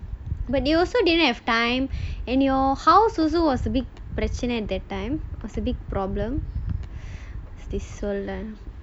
but you also didn't have time and your house also was the big பிரச்னை:prachanai at that time was a big problem